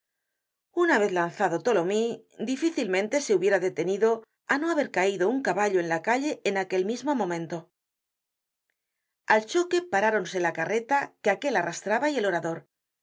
una vez lanzado tholomyes difícilmente se hubiera detenido á no haber caido un caballo en la calle en aquel momento mismo al choque paráronse la carreta que aquel arrastraba y el orador